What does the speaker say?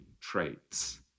traits